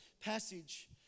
passage